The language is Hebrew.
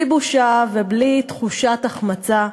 בלי בושה ובלי תחושת החמצה,